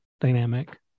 dynamic